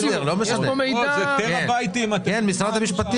משרד המשפטים.